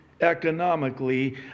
economically